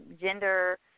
gender